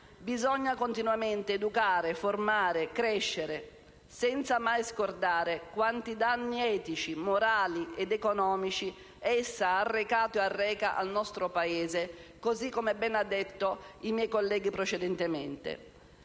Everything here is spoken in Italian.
bisogna continuamente educare, formare, crescere, senza mai scordare quanti danni etici, morali e economici essa ha arrecato e arreca al nostro Paese, così come hanno detto bene i miei colleghi precedentemente.